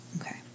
Okay